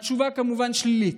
התשובה כמובן שלילית.